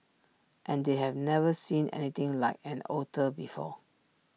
and they've never seen anything like an otter before